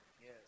yes